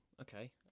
Okay